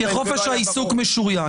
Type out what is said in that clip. חופש העיסוק משוריין.